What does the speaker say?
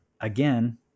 again